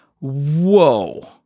whoa